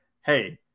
hey